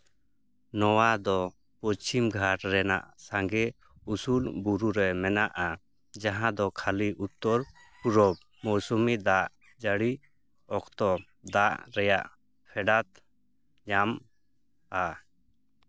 ᱱᱚᱣᱟ ᱫᱚ ᱯᱚᱪᱪᱷᱤᱢ ᱜᱷᱟᱴ ᱨᱮᱱᱟᱜ ᱥᱟᱸᱜᱮ ᱩᱥᱩᱞ ᱵᱩᱨᱩ ᱨᱮ ᱢᱮᱱᱟᱜᱼᱟ ᱡᱟᱦᱟᱸ ᱫᱚ ᱠᱷᱟᱹᱞᱤ ᱩᱛᱛᱚᱨ ᱢᱳᱥᱩᱢᱤ ᱫᱟᱜ ᱡᱹᱲᱤ ᱚᱠᱛᱚ ᱫᱟᱜ ᱨᱮᱭᱟᱜ ᱯᱷᱮᱰᱟᱛ ᱧᱟᱢᱼᱟ